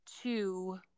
two